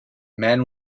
man